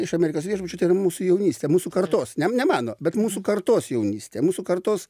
iš amerikos viešbučio mūsų jaunystė mūsų kartos ne ne mano bet mūsų kartos jaunystė mūsų kartos